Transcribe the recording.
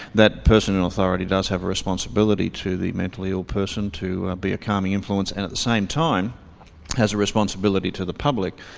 that person in authority does have a responsibility to the mentally ill person to be a calming influence, and at the same time has a responsibility to the public,